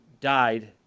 died